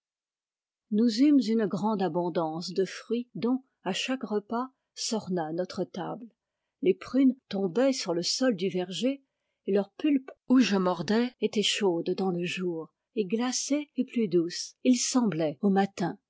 nous eûmes une grande abondance de fruits dont à chaque repas s'orna notre table les prunes tombaient sur le sol du verger et leur pulpe où je mordais était chaude dans le jour et glacée et plus douce il semblait au matin